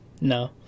No